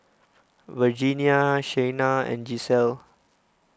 Virginia Shaina and Gisselle